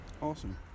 Awesome